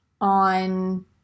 on